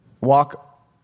Walk